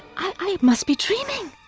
i i must be dreaming,